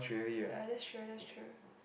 uh that's true that's true